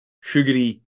sugary